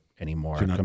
anymore